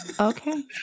Okay